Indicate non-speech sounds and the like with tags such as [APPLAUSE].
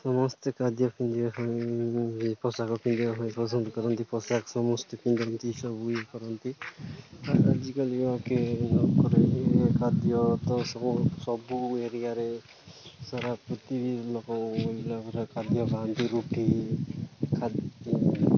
ସମସ୍ତେ ଖାଦ୍ୟ ପିନ୍ଧିବା ପାଇଁ ପୋଷାକ ପିନ୍ଧିବା ପାଇଁ ପସନ୍ଦ କରନ୍ତି ପୋଷାକ ସମସ୍ତେ ପିନ୍ଧନ୍ତି ସବୁ ଇଏ କରନ୍ତି ଆଜିକାଲି ଆଉ କିଏ [UNINTELLIGIBLE] ଖାଦ୍ୟ ତ ସବୁ ସବୁ ଏରିଆରେ ସାରା ପ୍ରତି ଲୋକ [UNINTELLIGIBLE] ଖାଦ୍ୟ ଖାଆନ୍ତି ରୁଟି ଖାଦ୍ୟ